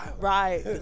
Right